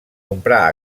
comprar